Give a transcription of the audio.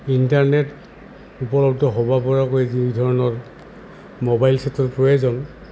internet উপলব্ধ হ'ব পৰাকৈ যি ধৰণৰ মোবাইল ছেটৰ প্ৰয়োজন